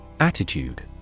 Attitude